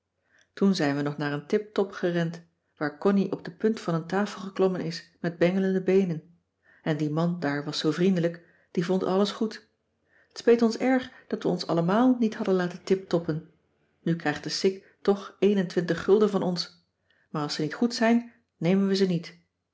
toen zijn we nog naar een tip top gerend waar connie op de punt van een tafel geklommen is met bengelende beenen en die man daar was zoo vriendelijk die vond alles goed t speet ons erg dat we ons allemaal niet hadden laten tiptoppen nu krijgt cissy van marxveldt de h b s tijd van joop ter heul de sik toch een en twintig gulden van ons maar als ze niet goed zijn nemen we ze niet